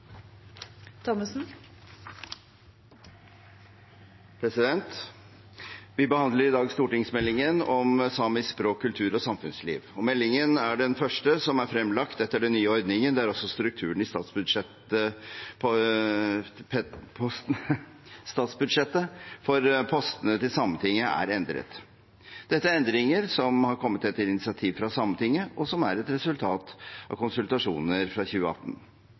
over kulturbudsjettet. Vi behandler i dag stortingsmeldingen om samisk språk, kultur og samfunnsliv. Meldingen er den første som er fremlagt etter den nye ordningen, der også strukturen i statsbudsjettet for postene til Sametinget er endret. Dette er endringer som har kommet etter initiativ fra Sametinget, og som er et resultat av konsultasjoner i 2018.